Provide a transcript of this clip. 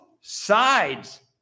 sides